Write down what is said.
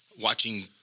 watching